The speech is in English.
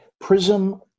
prism